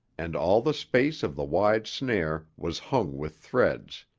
and all the space of the wide snare was hung with threads,